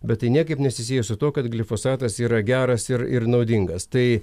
bet tai niekaip nesusiję su tuo kad glifosatas yra geras ir ir naudingas tai